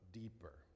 deeper